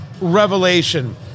revelation